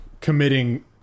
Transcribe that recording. committing